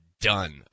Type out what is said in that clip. done